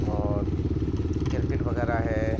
और किर्केट वगैरह है